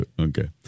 Okay